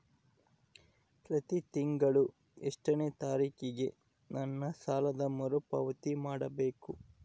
ಪ್ರತಿ ತಿಂಗಳು ಎಷ್ಟನೇ ತಾರೇಕಿಗೆ ನನ್ನ ಸಾಲದ ಮರುಪಾವತಿ ಮಾಡಬೇಕು?